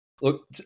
Look